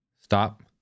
Stop